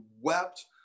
wept